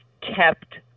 kept